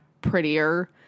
prettier